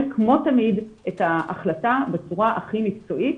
כמו תמיד את ההחלטה בצורה הכי מקצועית.